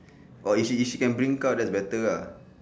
or if she if she can bring car even better ah